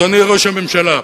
אדוני ראש הממשלה,